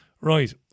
Right